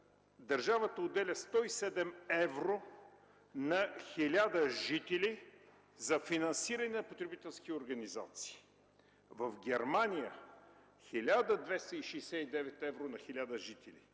държавата отделя 107 евро на 1000 жители за финансиране на потребителски организации. В Германия – 1269 евро на 1000 жители.